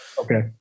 Okay